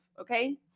Okay